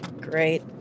Great